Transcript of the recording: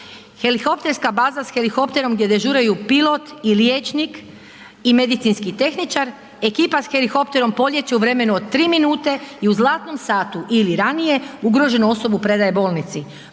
Helikopterska baza s helikopterom gdje dežuraju pilot i liječnik i medicinski tehničar. Ekipa s helikopterom polijeće u vremenu od 3 minute i u zlatnom satu ili ranije ugroženu osobu predaje bolnici.